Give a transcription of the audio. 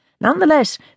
Nonetheless